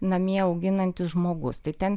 namie auginantis žmogus tai ten